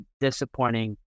disappointing